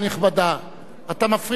אתה מפריע לחבר סיעתך,